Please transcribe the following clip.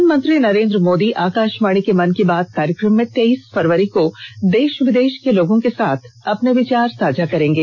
प्रधानमंत्री नरेन्द्र मोदी आकाशवाणी के मन की बात कार्यक्रम में तेईस फरवरी को देश विदेश के लोगों के साथ अपने विचार साझा करेंगे